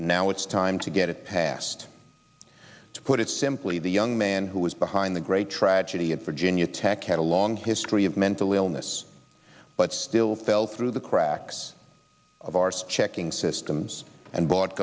and now it's time to get it passed to put it simply the young man who was behind the great tragedy at virginia tech had a long history of mental illness but still fell through the cracks of arse checking systems and bought